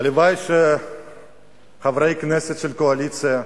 הלוואי שחברי הכנסת של הקואליציה,